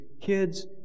kids